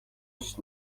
رشد